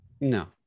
No